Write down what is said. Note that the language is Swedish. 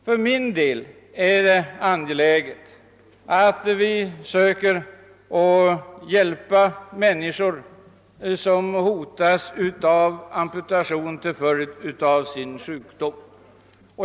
Jag finner det för min del angeläget alt hjälpa de människor som hotas av amputation till följd av olika sjukdomar.